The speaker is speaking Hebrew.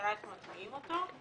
והשאלה איך מטמיעים אותו.